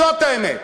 זאת האמת.